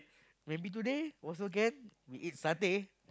maybe today also can we eat satay